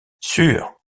sure